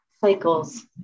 cycles